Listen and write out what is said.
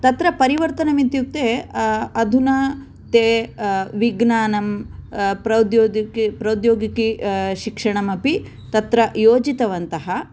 तत्र परिवर्तनं इत्युक्ते अधुना ते विज्ञानं प्रौद्योगिकि प्रौद्योगिकी शिक्षणमपि तत्र योजीतवन्तः